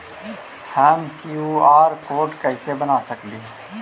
हम QR code कैसे बना सकली ही?